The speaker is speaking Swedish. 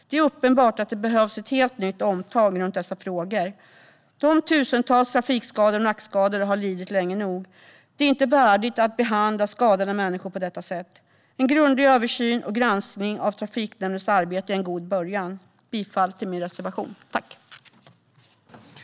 Det är uppenbart att det behövs ett helt nytt omtag runt dessa frågor. De tusentals trafikskadade och nackskadade har lidit länge nog. Det är inte värdigt att behandla skadade människor på detta sätt. En grundlig översyn och granskning av Trafikskadenämndens arbete är en god början. Jag yrkar bifall till min reservation nr 2.